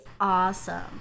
awesome